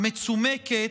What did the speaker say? מצומקת,